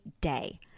day